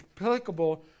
applicable